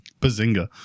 bazinga